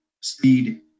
speed